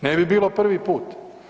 Ne bi bilo prvi put.